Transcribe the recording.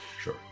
Sure